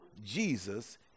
Jesus